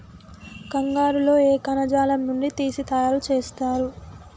కంగారు లో ఏ కణజాలం నుండి తీసి తయారు చేస్తారు?